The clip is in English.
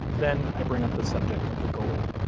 then i bring up the subject of the gold.